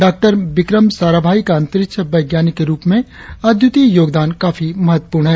doctor Vikram Sarabhai का अंतरिक्ष वैज्ञानिक के रुप में अद्वितीय योगदान काफी महत्वपूर्ण है